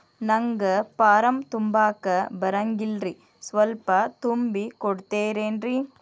ನಂಗ ಫಾರಂ ತುಂಬಾಕ ಬರಂಗಿಲ್ರಿ ಸ್ವಲ್ಪ ತುಂಬಿ ಕೊಡ್ತಿರೇನ್ರಿ?